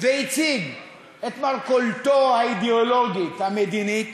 והציג את מרכולתו האידיאולוגית המדינית,